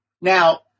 Now